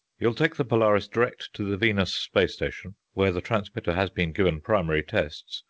you'll take the polaris directly to the venus space station, where the transmitter has been given primary tests,